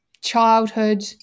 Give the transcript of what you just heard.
childhood